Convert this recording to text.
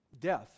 Death